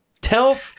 Tell